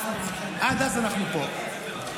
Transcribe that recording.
עד אז אנחנו פה.